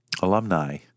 alumni